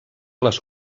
les